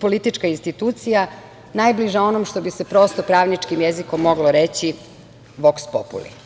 politička institucija, najbliža onom što bi se prosto pravničkim jezikom moglo reći - "voks populi"